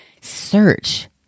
search